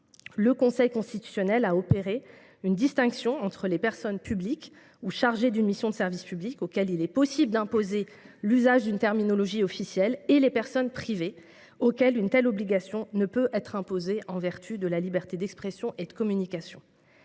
de la loi de 1994, a opéré une distinction entre les personnes publiques ou chargées d’une mission de service public, auxquelles il est possible d’imposer l’usage d’une terminologie officielle, et les personnes privées, auxquelles une telle obligation ne peut être imposée en vertu de la liberté d’expression et de communication.